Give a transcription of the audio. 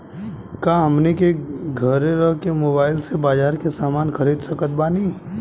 का हमनी के घेरे रह के मोब्बाइल से बाजार के समान खरीद सकत बनी?